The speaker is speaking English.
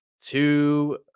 Two